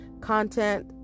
content